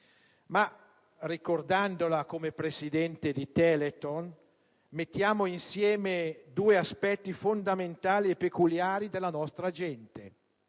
Ma ricordandola come presidente di Telethon mettiamo insieme due aspetti fondamentali e peculiari della nostra gente: